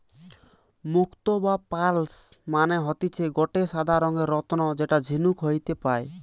মুক্তো বা পার্লস মানে হতিছে গটে সাদা রঙের রত্ন যেটা ঝিনুক হইতে পায়